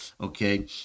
okay